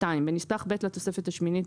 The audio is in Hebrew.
בנספח ב' לתוספת השמינית,